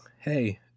hey